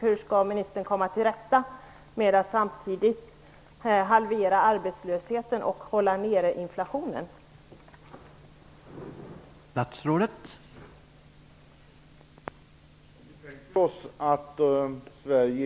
Hur skall ministern lyckas med att halvera arbetslösheten och samtidigt hålla inflationen nere?